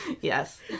Yes